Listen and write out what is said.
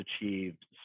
achieved